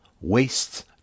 Wastes